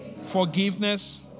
forgiveness